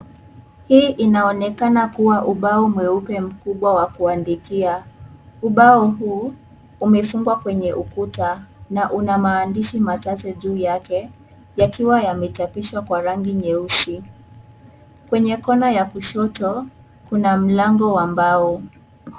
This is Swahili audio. Hii inaonekana kuwa ubao mweupe mkubwa wa kuandikia, ubao huu umefungwa kwenye ukuta na una maandishi machache juu yake, yakiwa yamechapishwa kwa rangi nyeusi kwenye kona ya kushoto kuna mlango wa mbao.